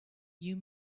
you